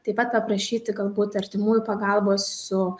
taip pat paprašyti galbūt artimųjų pagalbos su